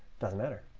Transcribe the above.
doesn't matter.